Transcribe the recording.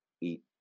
eat